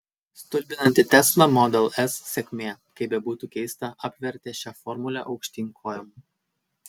stulbinanti tesla model s sėkmė kaip bebūtų keista apvertė šią formulę aukštyn kojom